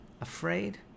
afraid